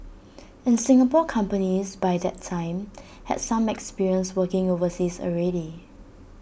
and Singapore companies by that time had some experience working overseas already